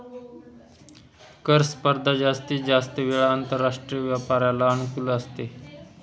कर स्पर्धा जास्तीत जास्त वेळा आंतरराष्ट्रीय व्यापाराला अनुकूल असते